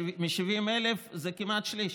20,000 מתוך 70,000 זה כמעט שליש.